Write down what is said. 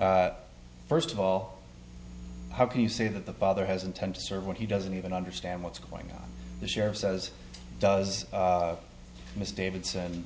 matters first of all how can you say that the father has intent to serve when he doesn't even understand what's going on the sheriff says does miss davidson